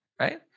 right